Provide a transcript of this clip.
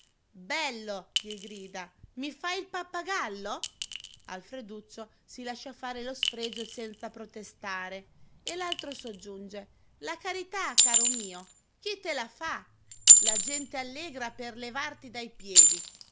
bello gli grida i fai il pappagallo alfreduccio si lascia fare lo sfregio senza protestare e l'altro soggiunge la carità caro mio chi te la fa la gente allegra per levarti dai piedi